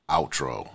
Outro